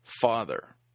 father